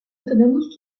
autonomie